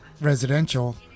residential